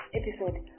episode